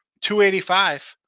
285